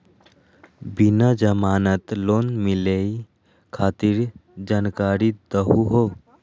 बिना जमानत लोन मिलई खातिर जानकारी दहु हो?